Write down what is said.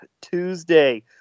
tuesday